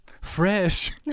Fresh